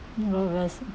you go first